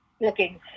looking